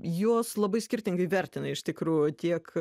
juos labai skirtingai vertina iš tikrųjų tiek